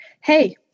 hey